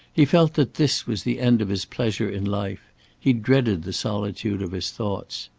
he felt that this was the end of his pleasure in life he dreaded the solitude of his thoughts.